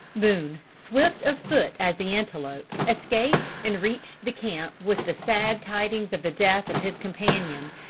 boone, swift of foot as the antelope, escaped and reached the camp with the sad tidings of the death of his companion,